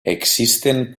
existen